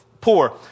poor